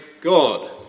God